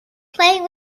playing